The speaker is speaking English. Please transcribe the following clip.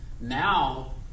now